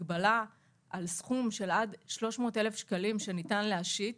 הגבלה על סכום של עד 300,000 שקלים שניתן להשית,